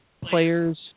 players